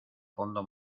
fondo